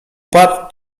padł